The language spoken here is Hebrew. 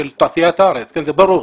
של תעשיית הארץ וזה ברור,